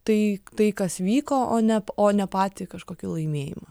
tai tai kas vyko o ne p o ne patį kažkokį laimėjimą